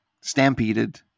stampeded